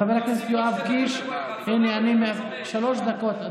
חבר הכנסת יואב קיש, שלוש דקות, אדוני.